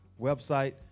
website